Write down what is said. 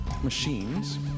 machines